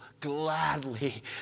gladly